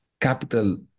capital